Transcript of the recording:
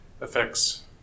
affects